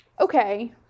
okay